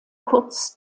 kurz